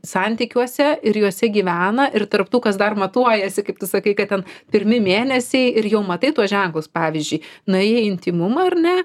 santykiuose ir juose gyvena ir tarp tų kas dar matuojasi kaip tu sakai kad ten pirmi mėnesiai ir jau matai tuos ženklus pavyzdžiui nuėjai į intymumą ar ne